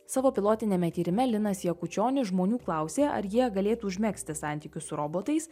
savo pilotiniame tyrime linas jakučionis žmonių klausė ar jie galėtų užmegzti santykius su robotais